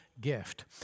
gift